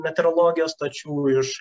meterologijos stočių iš